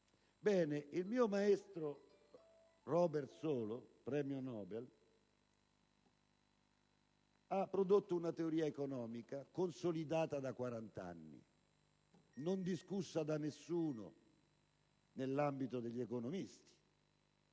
il mio maestro Robert Solow, premio Nobel, ha prodotto una teoria economica consolidata da 40 anni, non discussa da nessuno nell'ambito degli economisti.